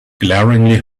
glaringly